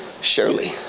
surely